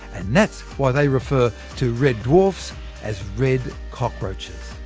and that's why they refer to red dwarfs as red cockroaches.